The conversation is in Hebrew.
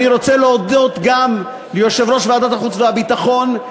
אני רוצה להודות גם ליושב-ראש ועדת החוץ והביטחון,